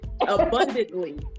abundantly